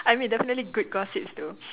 I mean definitely good gossips though